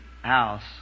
house